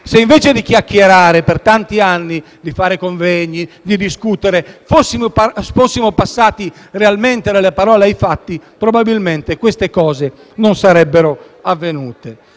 Se invece di chiacchierare per tanti anni, di fare convegni, di discutere, fossimo passati realmente dalle parole ai fatti, probabilmente questa tragedia non sarebbe avvenuta.